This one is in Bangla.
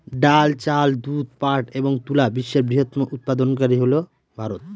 ডাল, চাল, দুধ, পাট এবং তুলা বিশ্বের বৃহত্তম উৎপাদনকারী হল ভারত